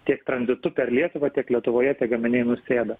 tiek tranzitu per lietuvą tiek lietuvoje tie gaminiai nusėda